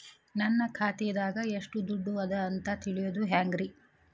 ನನ್ನ ಖಾತೆದಾಗ ಎಷ್ಟ ದುಡ್ಡು ಅದ ಅಂತ ತಿಳಿಯೋದು ಹ್ಯಾಂಗ್ರಿ?